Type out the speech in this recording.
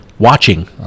watching